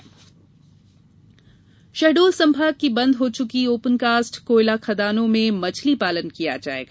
मछली पालन शहडोल संभाग की बंद हो चूकी ओपन कास्ट कोयला खदानों में मछली पालन किया जायेगा